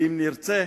ואם נרצה